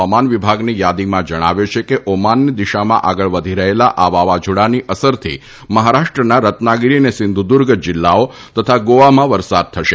હવામાન વિભાગની યાદીમાં જણાવ્યું છે કે ઓમાનની દિશામાં આગળ વધી રહેલા આ વાવાઝોડાની અસરથી મહારાષ્ટ્રના રત્નાગીરી અને સિંધુદર્ગ જીલ્લાઓ તથા ગોવામાં વરસાદ થશે